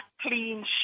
clean